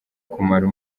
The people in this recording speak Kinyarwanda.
kumara